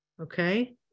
Okay